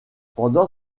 pendant